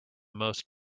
most